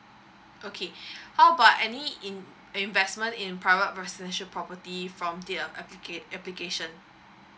okay how about any in~ investment in private residential property from their application application